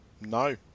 No